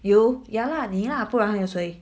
you ya lah 你啦不然有谁